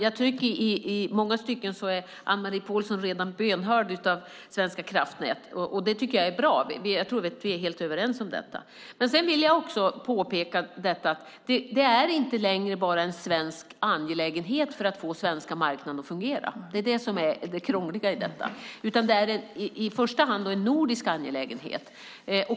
I många stycken är Anne-Marie Pålsson redan bönhörd av Svenska kraftnät. Det tycker jag är bra. Jag tror att vi är helt överens om detta. Sedan vill jag också påpeka att det inte längre bara är en svensk angelägenhet att få den svenska marknaden att fungera - det är det som är det krångliga i detta - utan det är i första hand en nordisk angelägenhet.